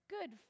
good